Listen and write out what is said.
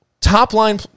Top-line